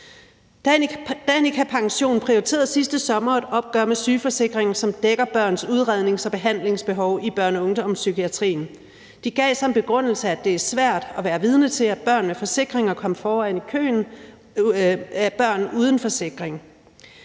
Danica Pension prioriterede sidste sommer et opgør med sygeforsikringer, som dækker børns udrednings- og behandlingsbehov i børne- og ungdomspsykiatrien. De gav som begrundelse, at det var svært at være vidne til, at børn med forsikringer kom foran børn uden forsikring